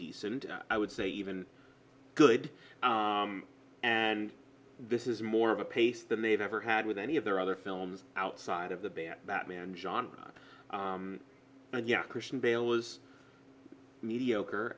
decent i would say even good and this is more of a pace than they've ever had with any of their other films outside of the band batman genre and yet christian bale is mediocre